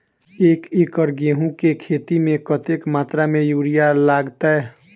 एक एकड़ गेंहूँ केँ खेती मे कतेक मात्रा मे यूरिया लागतै?